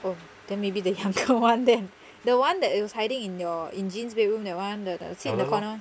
oh then maybe the younger [one] then the one that is hiding in your engines bedroom that [one] the the seat in the corner [one]